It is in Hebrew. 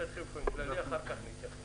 המצגת, אחר כך נתייחס לכללי.